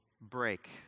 break